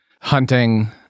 hunting